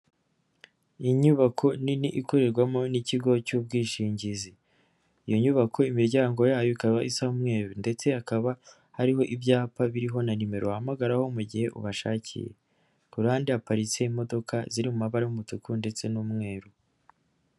Inyubako nini ikorerwamo n'ikigo cy'ubwishingizi, iyo nyubako imiryango yayo ikaba isa umweru ndetse hakaba hariho ibyapa biriho na nimero uhamagaraho mu gihe ubashakiye, kuruhande haparitse imodoka ziri mu mabara y'umutuku ndetse n'umweru.